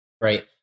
Right